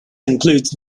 includes